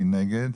מי נגד?